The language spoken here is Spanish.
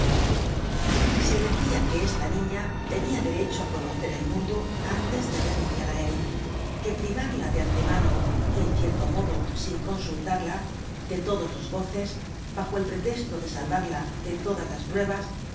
se decia que esta niña tenia derecho á conocer el mundo antes de renunciar á él que privarla de antemano y en cierto modo sin consultarla de todos los goces bajo el protesto de salvarla de todas las pruebas